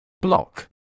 block